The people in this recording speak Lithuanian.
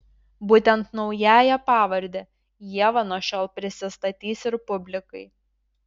būtent naująja pavarde ieva nuo šiol prisistatys ir publikai